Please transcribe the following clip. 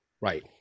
Right